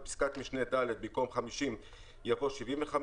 ; בפסקת משנה (ג), במקום "50״ יבוא "75"